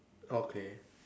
okay